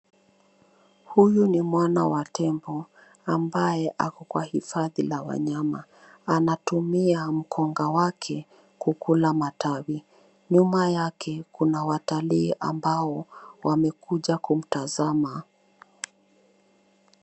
Huyu ni mwana wa tembo, ambaye ako kwa hifadhi la wanyama. Anatumia mkonga wake kukula matawi. Nyuma yake, kuna watalii ambao wamekuja kumtazama.